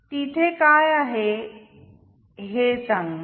तिथे काय आहे हे सांगा